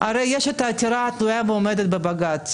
הרי יש את העתירה התלויה ועומדת בבג"ץ,